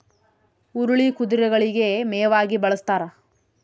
ಹುರುಳಿ ಕುದುರೆಗಳಿಗೆ ಮೇವಾಗಿ ಬಳಸ್ತಾರ